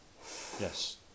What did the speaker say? Yes